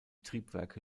triebwerke